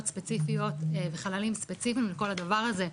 ספציפיות וחללים ספציפיים לכל הדבר הזה.